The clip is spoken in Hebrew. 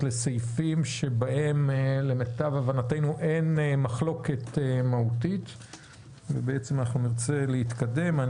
לסעיפים בהם למיטב הבנתנו אין מחלוקת מהותית ונרצה להתקדם.